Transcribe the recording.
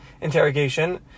interrogation